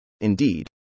Indeed